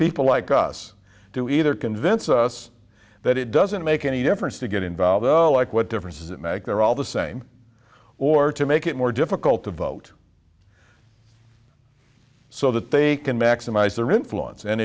people like us do either convince us that it doesn't make any difference to get involved well like what difference does it make they're all the same or to make it more difficult to vote so that they can maximize their influence and